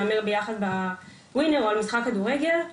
להמר ביחד בווינר על משחק כדורגל.